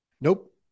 Nope